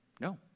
No